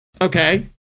Okay